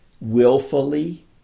willfully